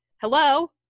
hello